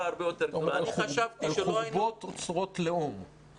הרבה יותר --- על חורבות אוצרות לאום,